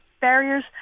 barriers